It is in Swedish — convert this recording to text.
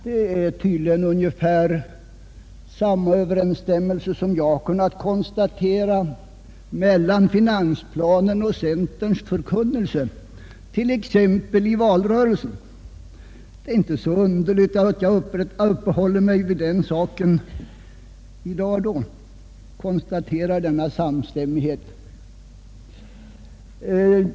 Det är tydligen fråga om ungefär samma överensstämmelse som den jag har kunnat konstatera mellan finansplanen och centerns förkunnelse t.ex. i valrörelsen. Det är därför inte så underligt att jag i dag konstaterar denna samstämmighet.